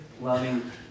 loving